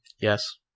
Yes